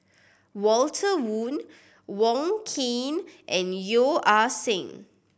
Walter Woon Wong Keen and Yeo Ah Seng